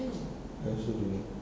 ya I also don't know